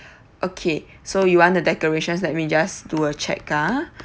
okay so you want the decorations let me just do a check ah